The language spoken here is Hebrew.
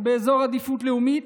או באזור עדיפות לאומית,